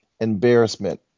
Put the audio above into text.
embarrassment